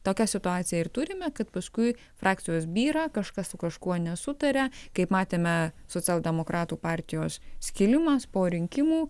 tokią situaciją ir turime kad paskui frakcijos byra kažkas su kažkuo nesutaria kaip matėme socialdemokratų partijos skilimas po rinkimų